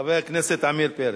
חבר הכנסת עמיר פרץ.